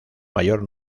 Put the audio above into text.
mayor